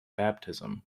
baptism